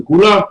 של כולם.